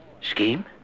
Scheme